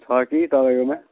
छ कि तपाईँकोमा